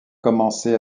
commencé